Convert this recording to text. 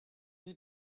you